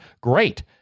great